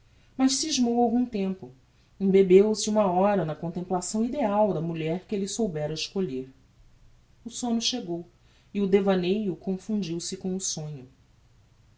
mas scismou algum tempo embebeu se uma hora na contemplação ideial da mulher que elle soubera escolher o somno chegou e o devaneio confundiu se com o sonho